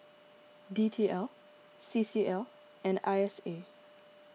D T L C C L and I S A